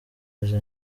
izi